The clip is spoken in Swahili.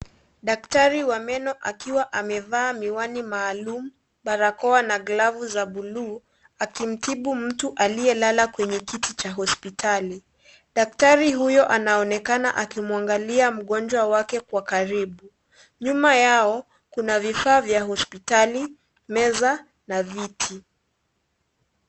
Daktari wa meno akiwa amevaa miwani maalum, barakoa na glavu za bluu. Akimtibu mtu aliyelala kwenye kiti cha hospitali. Daktari huyo anaonekana akimwangalia mgonjwa wake kwa karibu. Nyuma yao kuna vifaa vya hospitali, meza na viti.